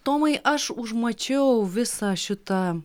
tomai aš užmačiau visą šitą